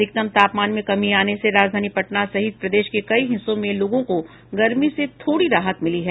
अधिकतम तापमान में कमी आने से राजधानी पटना सहित प्रदेश के कई हिस्सों में लोगों को गर्मी से थोड़ी राहत मिली है